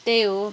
त्यही हो